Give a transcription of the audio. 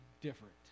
different